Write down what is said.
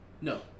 No